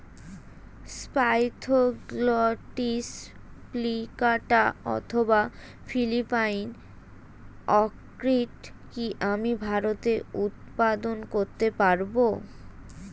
Spathoglottis plicata অথবা Philippine orchid কি আমি ভারতে উৎপাদন করতে পারবো?